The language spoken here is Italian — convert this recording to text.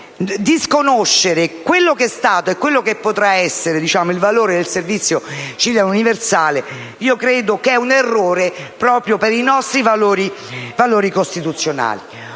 atti. Disconoscere quello che è stato e quello che potrà essere il valore del servizio civile universale credo sia un errore, proprio per i nostri valori costituzionali.